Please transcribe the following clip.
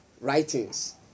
writings